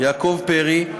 יעקב פרי,